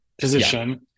position